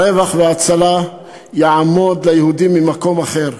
רווח והצלה יעמוד ליהודים ממקום אחר.